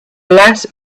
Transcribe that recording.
less